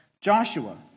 Joshua